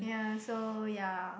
yeah so yeah